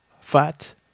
fat